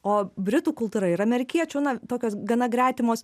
o britų kultūra ir amerikiečių na tokios gana gretimos